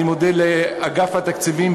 אני מודה לאגף התקציבים,